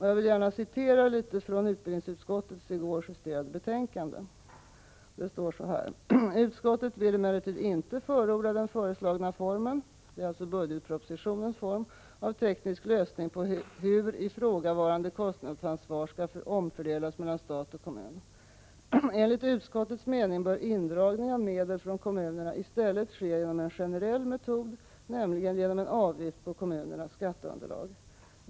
Jag vill gärna citera ur utbildningsutskottets i går justerade betänkande: ”Utskottet vill emellertid inte förorda den föreslagna formen” — det är alltså budgetpropositionens form — ”av teknisk lösning på hur ifrågavarande kostnadsansvar skall omfördelas mellan stat och kommun —-—=—. Enligt utskottets mening bör indragningen av medel från kommunerna i stället ske genom en generell metod, nämligen genom en avgift på kommunernas skatteunderlag.